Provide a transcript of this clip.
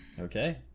Okay